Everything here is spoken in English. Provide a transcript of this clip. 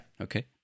Okay